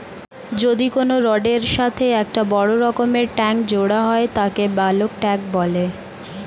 যদি কোনো রডের এর সাথে একটা বড় রকমের ট্যাংক জোড়া হয় তাকে বালক ট্যাঁক বলে